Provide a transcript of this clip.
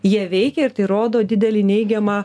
jie veikia ir tai rodo didelį neigiamą